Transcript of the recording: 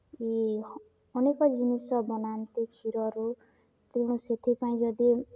କି ଅନେକ ଜିନିଷ ବନାନ୍ତି କ୍ଷୀରରୁ ତେଣୁ ସେଥିପାଇଁ ଯଦି